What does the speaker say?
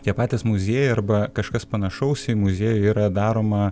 tie patys muziejai arba kažkas panašaus į muziejų yra daroma